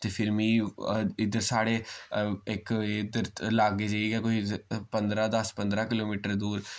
ते फिर मि इद्धर साढ़े इक इद्धर लग्गे जाइयै कोई पंदरां दस पंदरां किलोमीटर दूर